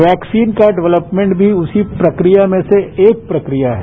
vaccine का development भी उसी प्रक्रिया में से एक प्रक्रिया है